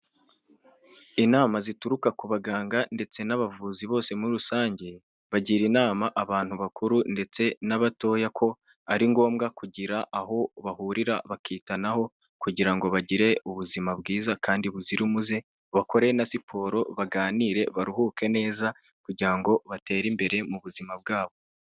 Inama zituruka ku baganga ndetse n'abavuzi bose muri rusange, bagira inama abantu bakuru ndetse n'abatoya ko ari ngombwa kugira aho bahurira bakitanaho kugira ngo bagire ubuzima bwiza kandi buzira umuze, bakore na siporo baganire, baruhuke neza, kugira ngo batere imbere mu buzima bwabo.